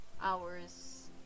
Hours